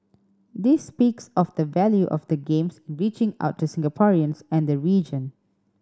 this speaks of the value of the Games reaching out to Singaporeans and the region